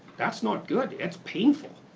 that's not good. it's painful.